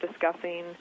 discussing